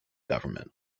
government